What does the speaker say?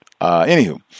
Anywho